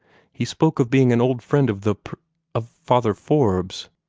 he spoke of being an old friend of the pr of father forbes.